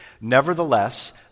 Nevertheless